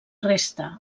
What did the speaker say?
resta